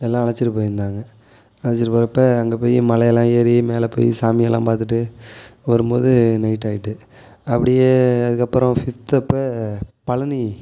எல்லாம் அழைச்சிட்டு போயிருந்தாங்க அழைச்சிட்டு போயிறப்ப அங்கே போயி மலையெல்லாம் ஏறி மேலே போய் சாமியெல்லாம் பார்த்துட்டு வரும்போது நைட் ஆயிட்டு அப்படியே அதுக்கப்புறம் ஃபிஃப்த் அப்போ பழனி